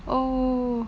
oh